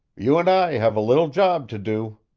you and i have a little job to do.